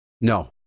No